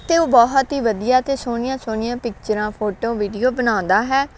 ਅਤੇ ਉਹ ਬਹੁਤ ਹੀ ਵਧੀਆ ਅਤੇ ਸੋਹਣੀਆਂ ਸੋਹਣੀਆਂ ਪਿਕਚਰਾਂ ਫੋਟੋ ਵੀਡੀਓ ਬਣਾਉਂਦਾ ਹੈ